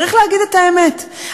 צריך להגיד את האמת.